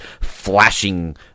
flashing